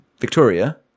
Victoria